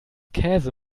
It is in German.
käse